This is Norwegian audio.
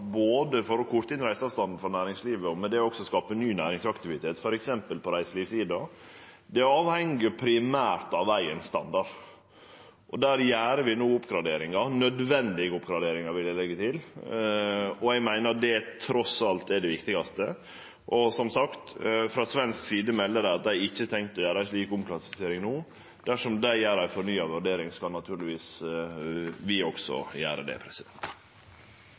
å korte inn reiseavstanden for næringslivet, og dermed også med å skape ny næringsaktivitet, f.eks. på reiselivssida, er standarden på vegen. I den samanhengen gjer vi no nødvendige oppgraderingar, og eg meiner at det trass alt er det viktigaste. Som sagt: Frå svensk side melder dei at dei ikkje har tenkt å gjere ei slik omklassifisering no. Dersom dei gjer ei ny vurdering, skal naturlegvis også vi gjere det.